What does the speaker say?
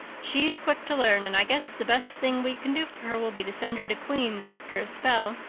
she's quick to learn and i guess the best thing we can do for her will be to send her to queen's after a spell.